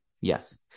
Yes